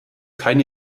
keine